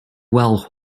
well